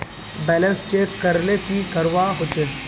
Balance check करले की करवा होचे?